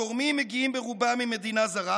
התורמים מגיעים ברובם ממדינה זרה,